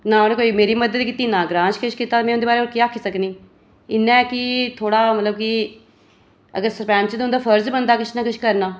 न उ'नें कोई मेरी मदद कीती न ग्रां च किश कीता में उं'दे बारे च होर केह् आक्खी सकनी इ'यां ऐ कि थोह्ड़ा मतलब कि अगर सरपैंच न ते उं'दा फर्ज बनदा ऐ किश न किश करना